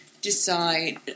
decide